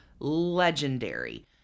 legendary